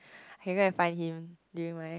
can go and find him during my